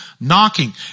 knocking